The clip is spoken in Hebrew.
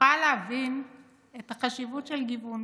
תוכל להבין את החשיבות של גיוון